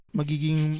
magiging